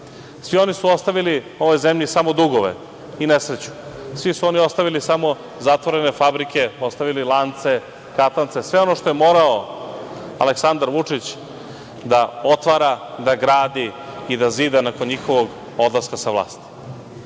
oni su ostavili ovoj zemlji samo dugove i nesreću, svi su oni ostavili samo zatvorene fabrike, ostavili lance, katance, sve ono što je morao Aleksandar Vučić da otvara, da gradi i da zida nakon njihovog odlaska sa vlasti. Moja